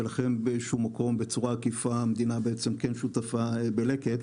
ולכן באיזה מקום בצורה עקיפה המדינה כן שותפה בלקט,